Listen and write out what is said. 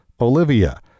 Olivia